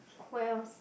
where else